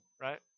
right